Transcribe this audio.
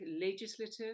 legislative